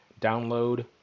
Download